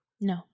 No